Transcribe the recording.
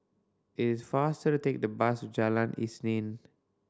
it's faster to take the bus to Jalan Isnin